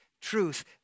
truth